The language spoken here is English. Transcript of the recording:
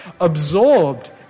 absorbed